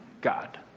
God